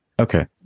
Okay